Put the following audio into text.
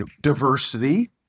diversity